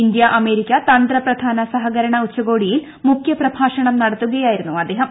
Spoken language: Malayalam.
ഇന്ത്യ അമേരിക്ക്പ് ്തന്ത്രപ്രധാന സഹകരണ ഉച്ചകോടിയിൽ മുഖ്യപ്രഭാഷ്ട്ണും ന്ടത്തുകയായിരുന്നു അദ്ദേഹം